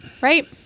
right